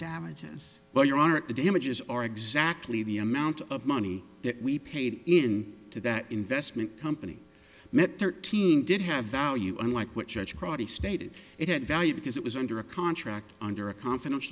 damages but your honor at the damages are exactly the amount of money that we paid in to that investment company met thirteen did have value unlike what judge crotty stated it had value because it was under a contract under a confidence